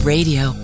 Radio